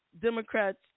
democrats